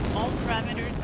parameters